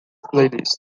playlist